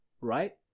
right